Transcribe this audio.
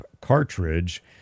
cartridge